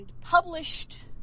published